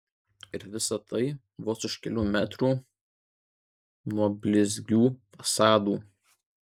ir visa tai vos už kelių metrų nuo blizgių fasadų